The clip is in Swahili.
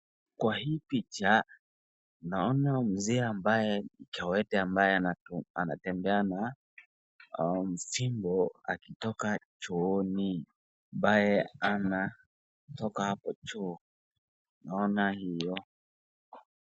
Kwa hii picha naona mzee ambaye ni kiwete ambaye anatembea na fimbo akitoka chooni ambaye anatoka apo choo. Naona hivyo.